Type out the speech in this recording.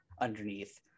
underneath